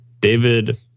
David